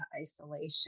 isolation